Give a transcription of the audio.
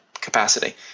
capacity